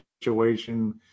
situation